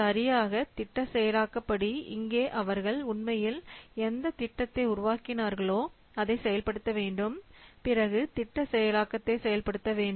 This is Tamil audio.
சரியாக திட்ட செயலாக்க படி இங்கே அவர்கள் உண்மையில் எந்த திட்டத்தை உருவாக்கினார்களோ அதை செயல்படுத்த வேண்டும் பிறகு திட்ட செயலாக்கத்தை செயல்படுத்த வேண்டும்